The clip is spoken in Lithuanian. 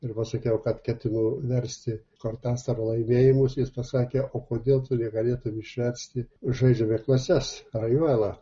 ir pasakiau kad ketinu versti kortasaro laimėjimus jis pasakė o kodėl tu negalėtum išversti žaidžiame klases aruvelą